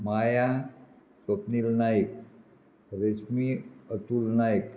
Maya Swapnil Naik Reshmi Atul Naik